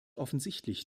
offensichtlich